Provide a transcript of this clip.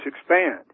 expand